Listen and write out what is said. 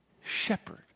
shepherd